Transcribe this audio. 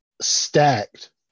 stacked